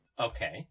Okay